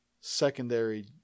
secondary